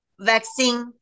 vaccine